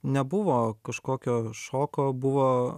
nebuvo kažkokio šoko buvo